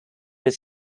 was